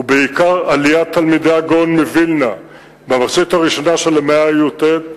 ובעיקר עליית תלמידי הגאון מווילנה במחצית הראשונה של המאה הי"ט,